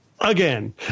Again